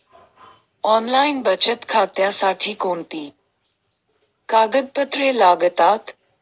Online बचत खात्यासाठी कोणती कागदपत्रे लागतात?